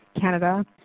Canada